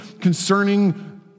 concerning